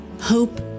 hope